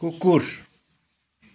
कुकुर